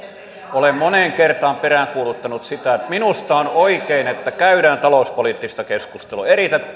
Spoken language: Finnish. olen moneen kertaan peräänkuuluttanut sitä että minusta on oikein että käydään talouspoliittista keskustelua